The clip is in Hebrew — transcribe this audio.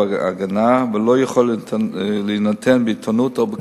הגנה ולא יכול להינתן בעיתונות או בכנסת.